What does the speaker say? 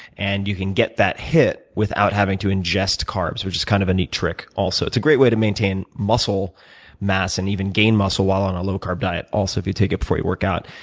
and you can get that hit without having to ingest carbs, which is kind of a neat trick, also. it's a great way to maintain muscle mass and even gain muscle while on a low carb diet, also, if you take it before you work out.